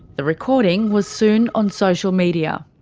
the recording was soon on social media.